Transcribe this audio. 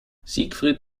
siegfried